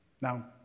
Now